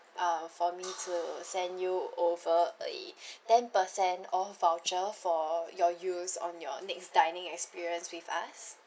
uh for me to send you over a ten percent off voucher for your use on your next dining experience with us